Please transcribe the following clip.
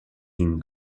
him